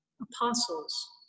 apostles